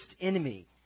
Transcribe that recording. enemy